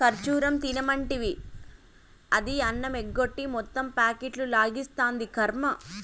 ఖజ్జూరం తినమంటివి, అది అన్నమెగ్గొట్టి మొత్తం ప్యాకెట్లు లాగిస్తాంది, కర్మ